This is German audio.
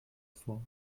vor